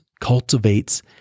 cultivates